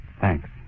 Thanks